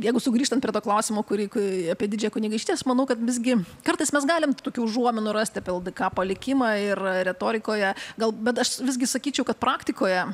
jeigu sugrįžtant prie to klausimo kurį kai apie didžiąją kunigaikštiją aš manau kad visgi kartais mes galim tokių užuominų rasti apie ldk palikimą ir retorikoje gal bet aš visgi sakyčiau kad praktikoje